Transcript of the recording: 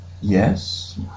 Yes